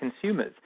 consumers